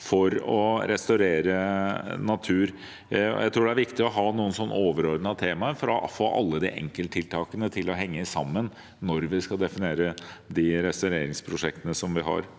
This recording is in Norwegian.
for å restaurere natur. Jeg tror det er viktig å ha noen sånne overordnede temaer for å få alle enkelttiltakene til å henge sammen når vi skal definere de restaureringsprosjektene vi har.